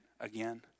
again